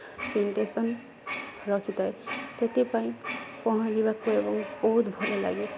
ରଖିଥାଏ ସେଥିପାଇଁ ପହଁରିବାକୁ ଏବଂ ବହୁତ ଭଲ ଲାଗେ